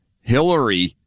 Hillary